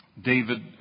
David